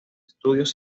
estudios